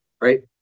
right